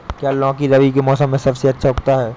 क्या लौकी रबी के मौसम में सबसे अच्छा उगता है?